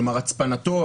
כלומר הצפנתו,